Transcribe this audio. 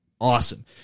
awesome